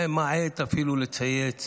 ממעט אפילו לצייץ